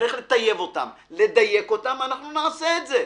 שנצטרך לטייב אותם ולדייק אותם, נעשה את זה.